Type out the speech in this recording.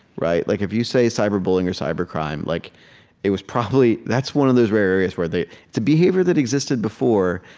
like, if you say cyber bullying or cyber crime, like it was probably that's one of those rare areas where they it's a behavior that existed before,